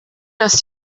dass